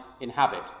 inhabit